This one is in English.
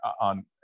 on